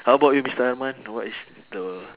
how about you mister arman what is the